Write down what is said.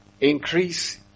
increase